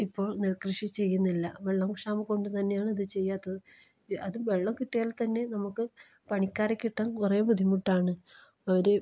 ഇപ്പോൾ നെൽകൃഷി ചെയ്യുന്നില്ല വെള്ളം ക്ഷാമം കൊണ്ട് തന്നെയാണ് ഇത് ചെയ്യാത്തത് അത് വെള്ളം കിട്ടിയാൽ തന്നെ നമുക്ക് പണിക്കാരെ കിട്ടാൻ കുറേ ബുദ്ധിമുട്ടാണ് ഒരു